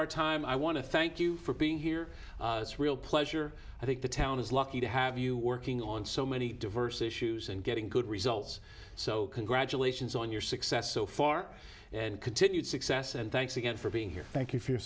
our time i want to thank you for being here it's real pleasure i think the town is lucky to have you working on so many diverse issues and getting good results so congratulations on your success so far and continued success and thanks again for being here thank you for your